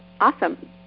Awesome